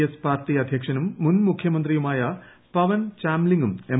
S party അധ്യക്ഷനും മുൻ മുഖ്യമന്ത്രിയുമായ പവൻ ചാമ്ലിങും എം